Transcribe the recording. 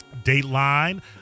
Dateline